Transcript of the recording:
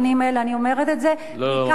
אני אומרת את זה, לא לא, ממש לא.